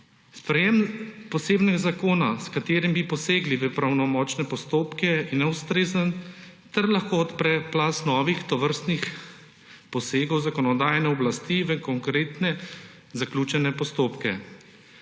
Sprejetje posebnega zakona, s katerim bi posegli v pravnomočne postopke, je neustrezno ter lahko odpre plaz novih tovrstnih posegov zakonodajne oblasti v konkretne zaključene postopke.